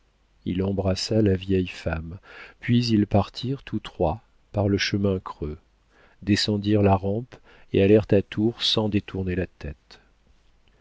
il embrassa la vieille femme puis ils partirent tous trois par le chemin creux descendirent la rampe et allèrent à tours sans détourner la tête